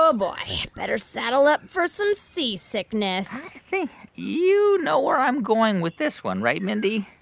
ah boy. better saddle up for some seasickness you know where i'm going with this one, right, mindy?